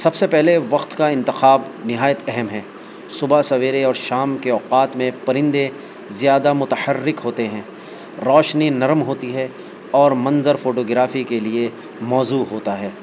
سب سے پہلے وقت کا انتخاب نہایت اہم ہے صبح سویرے اور شام کے اوقات میں پرندے زیادہ متحرک ہوتے ہیں روشنی نرم ہوتی ہے اور منظر فوٹو گرافی کے لیے موضوع ہوتا ہے